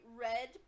Red